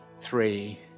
three